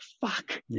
fuck